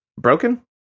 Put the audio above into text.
broken